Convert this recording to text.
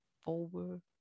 forward